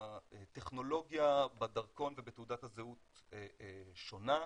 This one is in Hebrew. הטכנולוגיה בדרכון ובתעודת הזהות שונה.